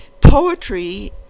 poetry